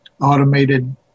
automated